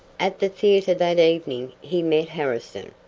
at the theater that evening he met harrison,